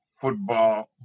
Football